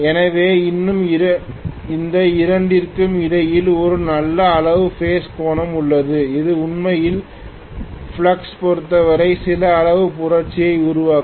எனவே இன்னும் இந்த இரண்டிற்கும் இடையில் ஒரு நல்ல அளவு பேஸ் கோணம் உள்ளது இது உண்மையில் ஃப்ளக்ஸ் பொருத்தவரை சில அளவு புரட்சியை உருவாக்கும்